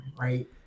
right